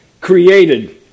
created